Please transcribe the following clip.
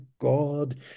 God